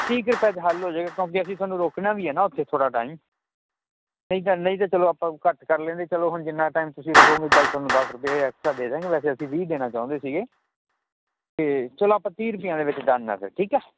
ਤੀਹ ਕ ਰੁਪਏ ਚ ਹੱਲ ਹੋ ਜਾਏਗਾ ਕਿਉਂਕੀ ਅਸੀਂ ਥੋਨੂੰ ਰੋਕਣਾ ਵੀ ਐ ਨਾ ਓਥੇ ਥੋੜਾ ਟਾਈਮ ਐਦਾਂ ਨਈਂ ਤੇ ਚਲੋ ਆਪਾਂ ਘੱਟ ਕਰ ਲੈਂਦੇ ਚਲੋ ਹੁਣ ਜਿੰਨਾ ਟਾਈਮ ਤੁਸੀਂ ਰੁਕੋਂਗੇ ਚੱਲ ਥੋਨੂੰ ਦਸ ਰੁਪਏ ਐਕਸਟਰਾ ਦੇ ਦਿਆਂਗੇ ਵੈਸੇ ਅਸੀਂ ਵੀਹ ਦੇਣਾ ਚਾਹੁੰਦੇ ਸੀਗੇ ਤੇ ਚਲੋ ਆਪਾਂ ਤੀਹ ਰੁਪਈਆਂ ਦੇ ਵਿੱਚ ਡੰਨ ਐ ਫੇਰ